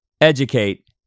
educate